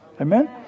Amen